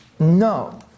No